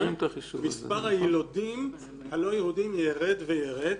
מספר היילודים הלא יהודים ירד וירד.